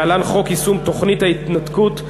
להלן: חוק יישום תוכנית ההתנתקות,